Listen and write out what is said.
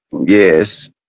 Yes